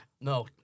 No